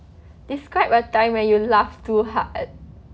describe a time when you laughed too hard